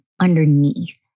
underneath